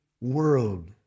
world